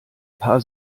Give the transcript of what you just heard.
paar